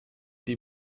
die